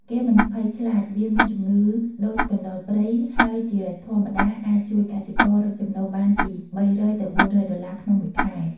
គេមិនភ័យខ្លាចវាមានជំងឹដូចកណ្តុរព្រៃ ហើយជាធម្មតាអាចជួយកសិកររកចំណូលបានពី ៣០០ ទៅ ៤០០ដុល្លារ ក្នុងមួយខែ។